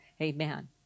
Amen